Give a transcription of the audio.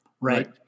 Right